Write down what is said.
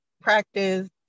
practice